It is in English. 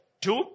Two